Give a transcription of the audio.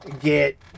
get